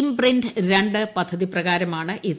imprint രണ്ട് പദ്ധതിപ്രകാരുമാണിത്